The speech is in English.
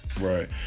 Right